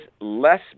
less